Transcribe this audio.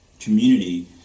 community